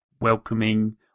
welcoming